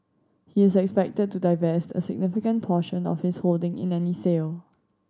he is expected to divest a significant portion of his holding in any sale